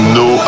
no